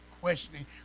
questioning